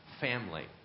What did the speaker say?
family